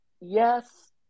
Yes